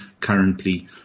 currently